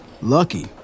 Lucky